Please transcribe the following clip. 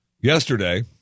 Yesterday